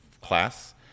class